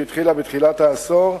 שהתחילה בתחילת העשור,